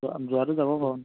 যোৱা যোৱাটো যাব বাৰু